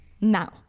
Now